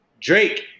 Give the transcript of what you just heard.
Drake